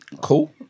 Cool